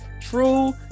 true